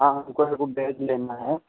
हाँ हमको एगो बेड लेना है